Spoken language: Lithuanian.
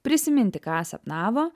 prisiminti ką sapnavo